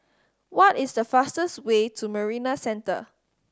what is the fastest way to Marina Centre